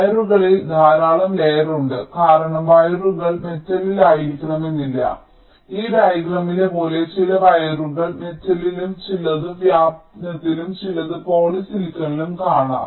വയറുകളിൽ ധാരാളം ലെയർ ഉണ്ട് കാരണം വയറുകൾ മെറ്റലിൽ ആയിരിക്കണമെന്നില്ല ഈ ഡയഗ്രാമിലെ പോലെ ചില വയറുകൾ മെറ്റലിലും ചിലത് വ്യാപനത്തിലും ചിലത് പോളിസിലിക്കണിലും കാണാം